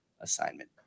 assignment